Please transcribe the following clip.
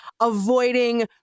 avoiding